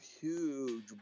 huge